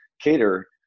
cater